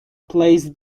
plays